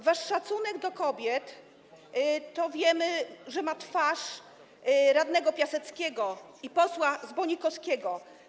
Wasz szacunek do kobiet, to wiemy, ma twarz radnego Piaseckiego i posła Zbonikowskiego.